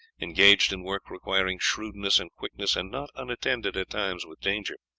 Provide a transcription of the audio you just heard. engaged in work requiring shrewdness and quickness and not unattended at times with danger.